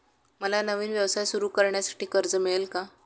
मला नवीन व्यवसाय सुरू करण्यासाठी कर्ज मिळेल का?